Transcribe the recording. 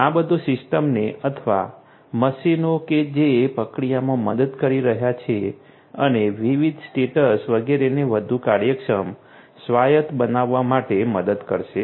આ બધું સિસ્ટમને અથવા મશીનો કે જે પ્રક્રિયામાં મદદ કરી રહ્યાં છે અને વિવિધ સ્ટેટ્સ વગેરેને વધુ કાર્યક્ષમ સ્વાયત્ત બનાવવા માટે મદદ કરશે